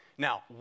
Now